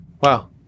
Wow